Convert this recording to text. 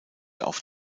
auf